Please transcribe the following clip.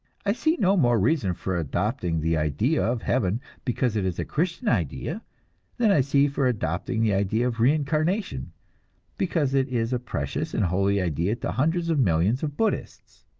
i see no more reason for adopting the idea of heaven because it is a christian idea than i see for adopting the idea of reincarnation because it is a precious and holy idea to hundreds of millions of buddhists.